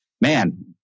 man